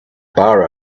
bar